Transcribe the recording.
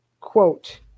Quote